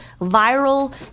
viral